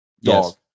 yes